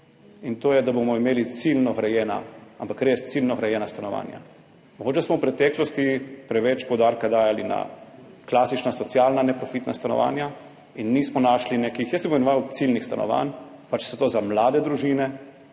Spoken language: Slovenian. in to je, da bomo imeli ciljno grajena, ampak res ciljno grajena stanovanja. Mogoče smo v preteklosti preveč poudarka dajali na klasična socialna neprofitna stanovanja in nismo našli nekih, jaz jih bom imenoval ciljnih stanovanj, pa če gre za mlade družine